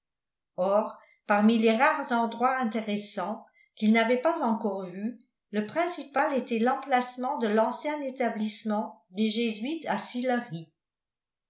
parmi les rares endroits intéressants qu'ils n'avaient pas encore vus le principal était l'emplacement de l'ancien établissement des jésuites à